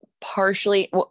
partially